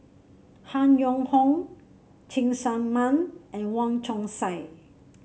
Han Yong Hong Cheng Tsang Man and Wong Chong Sai